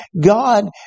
God